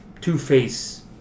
two-face